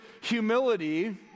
humility